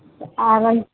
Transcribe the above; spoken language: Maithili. आ रहलै